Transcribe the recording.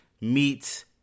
meets